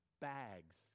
bags